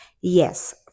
Yes